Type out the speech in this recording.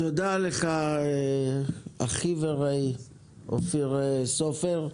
תודה לך אחי ורעי אופיר סופר.